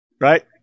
Right